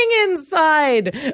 inside